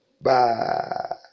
Bye